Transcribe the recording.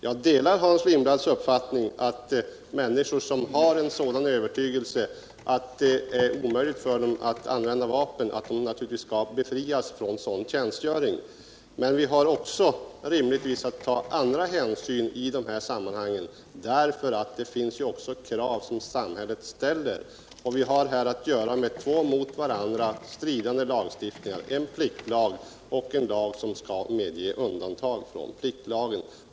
Jag delar Hans Lindblads uppfattning att människor som har en sådan övertygelse att det är omöjligt för dem att använda vapen naturligtvis skall befrias från sådan tjänstgöring. Men vi har rimligtvis också att ta andra hänsyn i dessa sammanhang, därför att samhället ju ställer krav. Vi har här att göra med två mot varandra stridande lagstiftningar: en pliktlag och en lag som skall medge undantag från pliktlagen.